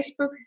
Facebook